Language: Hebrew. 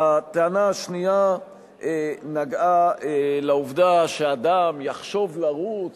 הטענה השנייה נגעה לעובדה שאדם יחשוב לרוץ,